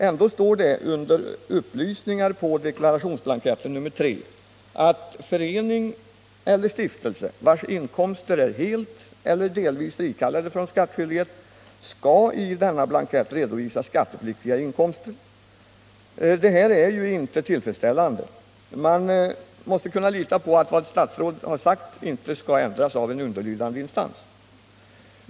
Ändå står det under Upplysningar på deklarationsblankett nr 3 att förening eller stiftelse vars inkomster är helt eller delvis frikallade från skattskyldighet skall i denna blankett redovisa skattepliktiga inkomster. Detta är ju inte tillfredsställande. Man måste kunna lita på att vad ett statsråd har sagt inte kan ändras av en underlydande instans.